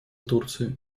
турции